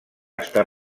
està